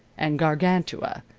and gargantua,